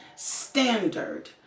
standard